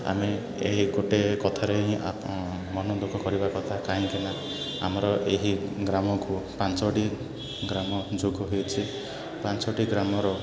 ଆମେ ଏହି ଗୋଟିଏ କଥାରେ ହିଁ ମନ ଦୁଃଖ କରିବା କଥା କାହିଁକିନା ଆମର ଏହି ଗ୍ରାମକୁ ପାଞ୍ଚୋଟି ଗ୍ରାମ ଯୋଗ ହେଇଛି ପାଞ୍ଚୋଟି ଗ୍ରାମର